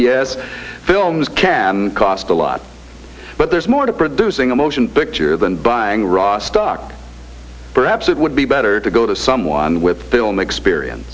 yes films can cost a lot but there's more to producing a motion picture than buying raw stock perhaps it would be better to go to someone with film experience